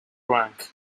rank